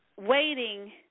waiting